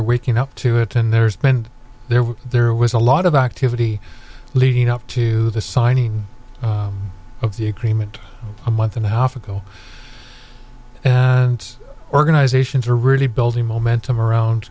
are waking up to it and there's been there were there was a lot of activity leading up to the signing of the agreement a month and a half ago and organizations are really building momentum around